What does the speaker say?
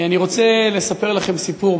אני רוצה לספר לכם סיפור.